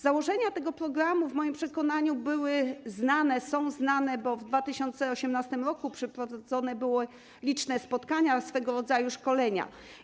Założenia tego programu w moim przekonaniu były znane, są znane, bo w 2018 r. przeprowadzone były liczne spotkania, swego rodzaju szkolenia.